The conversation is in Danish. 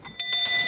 Hvad er det,